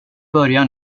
börjar